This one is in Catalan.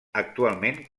actualment